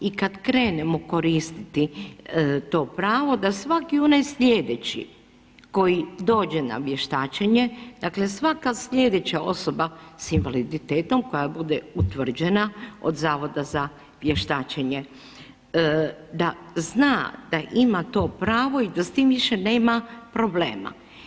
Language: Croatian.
I kad krenemo koristiti to pravo da svaki onaj sljedeći koji dođe na vještačenje dakle svaka sljedeća osoba sa invaliditetom koja bude utvrđena od Zavoda za vještačenje da zna da ima to pravo i da s tim više nema problema.